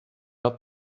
not